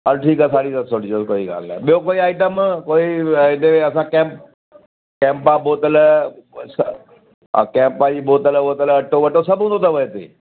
हलु ठीकु आहे साढी सत सौ ॾिजो कोई ॻाल्हि न आहे ॿियो कोई आइटम कोई इन असां कैंप कैंपा बोतल कैंपा जी बोतल वोतल अटो वटो सभु हूंदो अथव